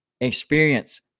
experience